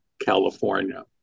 California